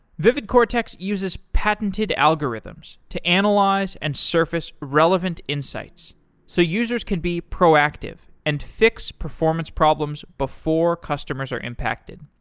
vividcortex uses patented algorithms to analyze and surface relevant insights so users can be proactive and fix performance problems before customers are impacted.